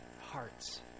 hearts